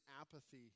apathy